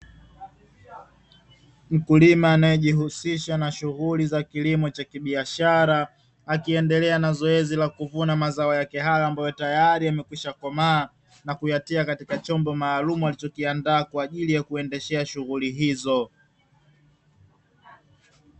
Mkulima anayejihusisha na shuhuli za kilimo cha kibiashara, akiendelea na zoezi la kuvuna mazao yake hayo ambayo tayari yamekwishakomaa, na kuyatia katika chombo maalumu alichokiandaa kwa ajili ya kuendeshea shughuli hizo.